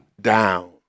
down